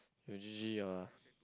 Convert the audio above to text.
you G_G ah